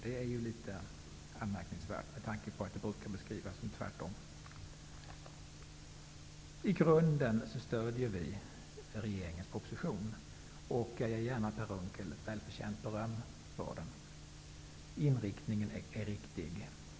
Det är litet anmärkningsvärt med tanke på att det brukar vara tvärtom. I grunden stödjer vi regeringens proposition. Jag vill gärna ge Per Unckel välförtjänt beröm för den. Inriktningen är riktig.